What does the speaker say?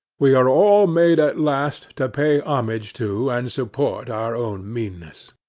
we are all made at last to pay homage to and support our own meanness.